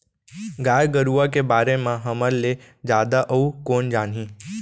गाय गरूवा के बारे म हमर ले जादा अउ कोन जानही